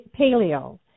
paleo